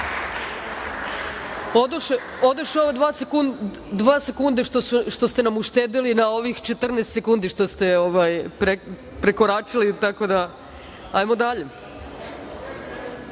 Odoše ova dva sekunda što ste nam uštedeli na ovih 14 sekundi što ste prekoračili. Hajmo dalje. Na